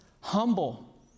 humble